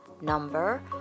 number